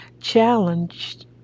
challenged